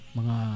mga